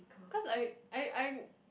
cause I I I